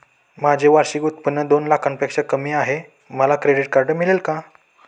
माझे वार्षिक उत्त्पन्न दोन लाखांपेक्षा कमी आहे, मला क्रेडिट कार्ड मिळेल का?